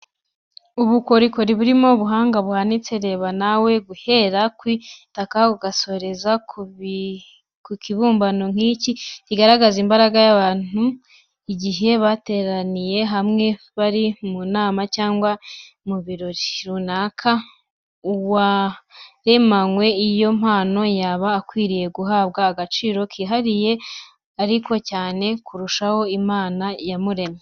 Ubukorikori bubamo ubuhanga buhanitse, reba nawe, guhera ku itaka ugasoreza ku kibumbano nk'iki, kirangaza imbaga y'abantu igihe bateraniye hamwe bari mu nama cyangwa mu birori runaka, uwaremanywe iyo mpano aba akwiriye guhabwa agaciro kihariye ariko cyane kurushaho, Imana yamuremye.